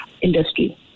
industry